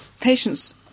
Patients